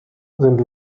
sind